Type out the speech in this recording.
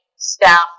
staff